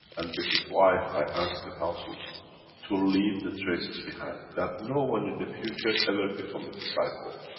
and this is why i asked the councils to leave the traces behind, that no one in the future ever become a disciple.